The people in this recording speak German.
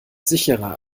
sicherer